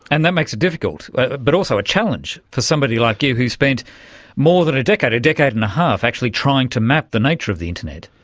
and that makes it difficult but also a challenge for somebody like you who spent more than a decade, a decade and a half actually trying to map the nature of the internet.